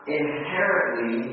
inherently